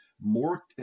more